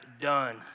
done